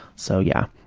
so yeah,